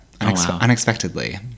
Unexpectedly